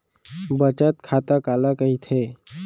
बचत खाता काला कहिथे?